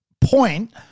point